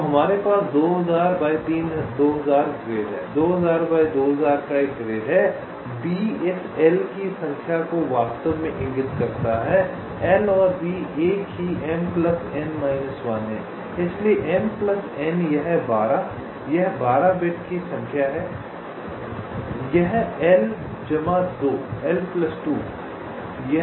तो हमारे पास 2000 बाय 2000 ग्रिड है B इस L की संख्या को वास्तव में इंगित करता है L और B एक ही है इसलिए यह 12 यह 12 बिट की संख्या है यह क्षमा करें यह